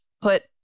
put